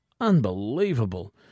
Unbelievable